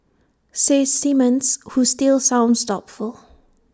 says Simmons who still sounds doubtful